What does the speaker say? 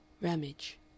Ramage